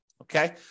Okay